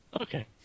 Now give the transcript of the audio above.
Okay